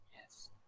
Yes